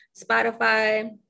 Spotify